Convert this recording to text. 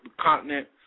continent